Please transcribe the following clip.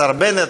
השר בנט,